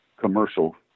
commercial